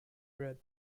read